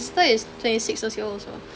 my sister is twenty six years old also